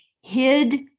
hid